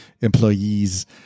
employees